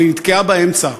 אבל היא נתקעה באמצע,